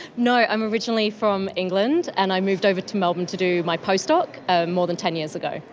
no, i'm originally from england and i moved over to melbourne to do my post doc ah more than ten years ago.